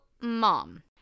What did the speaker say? mom